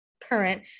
current